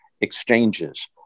exchanges